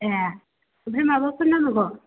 ए ओमफ्राय माबाफोर नांबावगौ